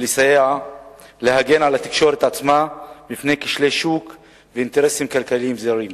ולסייע להגן על התקשורת עצמה מפני כשלי שוק ואינטרסים כלכליים זרים.